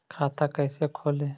खाता कैसे खोले?